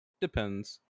depends